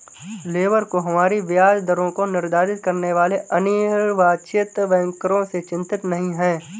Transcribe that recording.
labour को हमारी ब्याज दरों को निर्धारित करने वाले अनिर्वाचित बैंकरों से चिंतित नहीं है